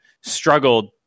struggled